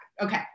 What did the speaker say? Okay